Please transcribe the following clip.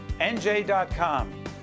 NJ.com